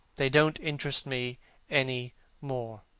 they don't interest me any more.